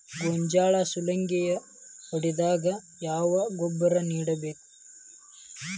ಗೋಂಜಾಳ ಸುಲಂಗೇ ಹೊಡೆದಾಗ ಯಾವ ಗೊಬ್ಬರ ನೇಡಬೇಕು?